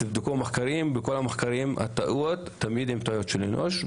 בכל המחקרים שתבדקו תמיד הטעויות יהיו טעויות אנוש.